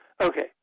Okay